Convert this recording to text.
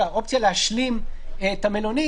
האופציה להשלים את המלונית,